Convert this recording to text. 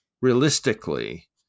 realistically